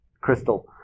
crystal